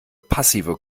passive